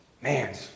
man